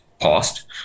past